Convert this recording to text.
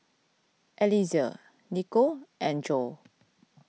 Eliezer Nikko and Jo